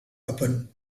upon